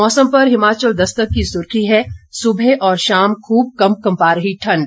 मौसम पर हिमाचल दस्तक की सुर्खी है सुबह और शाम खूब कंपकंपा रही ठंड